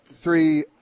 three